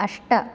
अष्ट